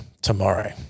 tomorrow